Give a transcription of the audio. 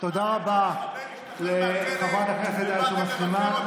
תודה רבה לחברת הכנסת עאידה תומא סלימאן.